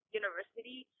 university